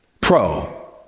Pro